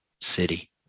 city